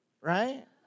right